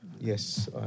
Yes